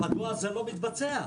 מדוע זה לא מתבצע?